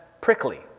prickly